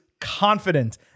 confident